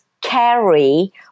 carry